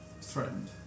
threatened